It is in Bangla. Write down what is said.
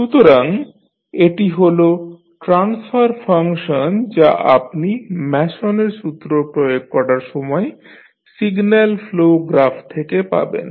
সুতরাং এটি হল ট্রান্সফার ফাংশন যা আপনি ম্যাসনের সূত্র Mason's rule প্রয়োগ করার সময় সিগন্যাল ফ্লো গ্রাফ থেকে পাবেন